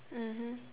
mmhmm